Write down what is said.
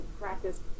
practice